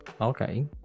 okay